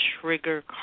trigger